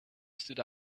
stood